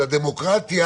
של הדמוקרטיה,